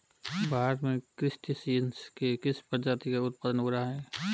भारत में क्रस्टेशियंस के किस प्रजाति का उत्पादन हो रहा है?